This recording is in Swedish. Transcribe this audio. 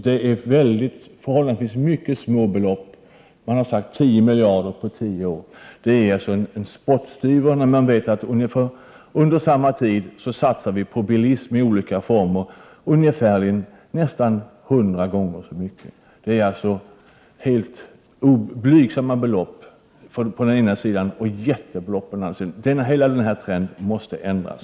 Det rör sig om förhållandevis små belopp — tio miljarder på tio år. Det är en spottstyver när man vet att vi under samma tid satsar ungefärligen hundra gånger så mycket på bilismen i dess olika former. Det är alltså fråga om helt blygsamma belopp på den ena sidan och jättebelopp på den andra. Hela den här trenden måste brytas.